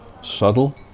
subtle